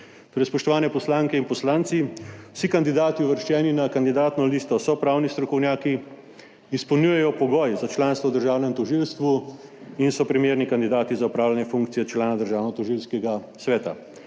Spoštovani poslanke in poslanci, vsi kandidati, uvrščeni na kandidatno listo, so pravni strokovnjaki, izpolnjujejo pogoje za članstvo v državnem tožilstvu in so primerni kandidati za opravljanje funkcije člana Državnotožilskega sveta.